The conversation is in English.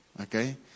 okay